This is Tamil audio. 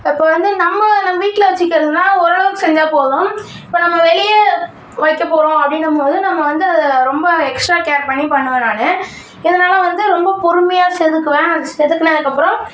இப்போது வந்து நம்ம நம்ம வீட்ல வச்சிக்கிறதுன்னா ஓரளவுக்கு செஞ்சால் போதும் இப்போது நம்ம வெளியே வைக்கப்போகிறோம் அப்படின்னும் போது நம்ம வந்து அதை ரொம்ப எக்ஸ்ட்ரா கேர் பண்ணி பண்ணுவேன் நான் இதனால் வந்து ரொம்ப பொறுமையாக செதுக்குவேன் அதை செதுக்கினதுக்கு அப்புறம்